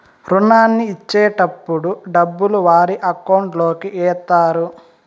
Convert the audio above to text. రుణాన్ని ఇచ్చేటటప్పుడు డబ్బులు వారి అకౌంట్ లోకి ఎత్తారు